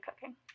cooking